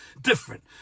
different